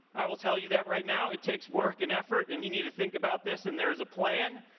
i will tell you that right now, it takes work and effort, and you need to think about this, and there is a plan.